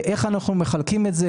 איך אנחנו מחלקים את זה?